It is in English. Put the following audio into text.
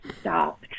stop